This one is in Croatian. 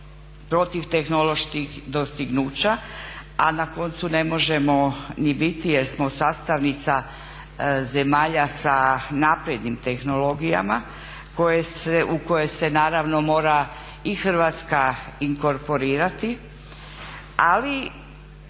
protiv tehnoloških dostignuća a na koncu ne možemo ni biti jer smo sastavnica zemalja za naprednim tehnologijama u koje se naravno mora i Hrvatska inkorporirati. Ali